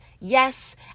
yes